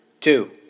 two